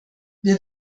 wir